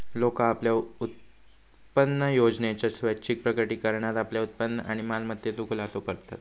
लोका आपल्या उत्पन्नयोजनेच्या स्वैच्छिक प्रकटीकरणात आपल्या उत्पन्न आणि मालमत्तेचो खुलासो करतत